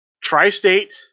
Tri-State